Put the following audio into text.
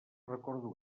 recordo